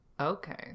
Okay